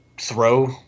throw